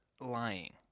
lying